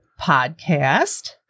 podcast